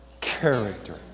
character